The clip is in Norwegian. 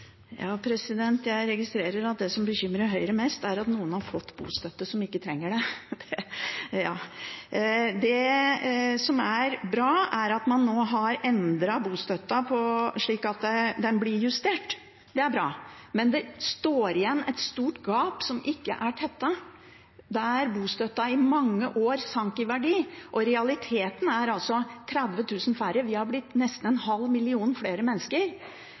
registrerer at det som bekymrer Høyre mest, er at noen som ikke trenger det, har fått bostøtte. Det som er bra, er at man nå har endret bostøtten, at den blir justert – det er bra. Men det står igjen et stort gap som ikke er tettet, der bostøtten i mange år sank i verdi, og realiteten er altså 30 000 færre. Vi har blitt nesten en halv million